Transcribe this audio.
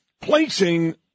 placing